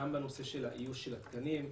גם בנושא של איוש התקנים,